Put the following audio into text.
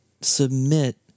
submit